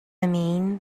mean